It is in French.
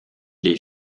les